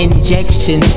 Injection